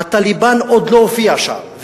הטליבאן עוד לא הופיע שם.